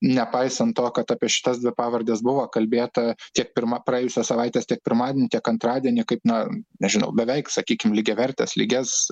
nepaisant to kad apie šitas dvi pavardes buvo kalbėta tiek pirma praėjusios savaitės tiek pirmadienį tiek antradienį kaip na nežinau beveik sakykim lygiavertes lygias